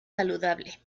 saludable